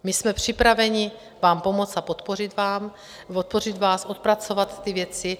My jsme připraveni vám pomoci a podpořit vás, odpracovat ty věci.